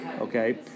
Okay